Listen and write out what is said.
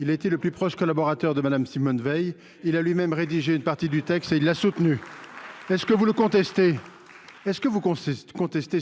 il a été le plus proche collaborateur de Madame Simone Veil, il a lui-même rédigé une partie du texte et il a soutenu. Est-ce que vous le contestez est-ce que vous consiste contester